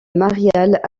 mariale